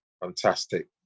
Fantastic